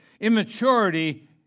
immaturity